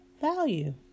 value